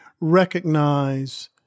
recognize